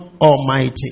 Almighty